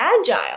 agile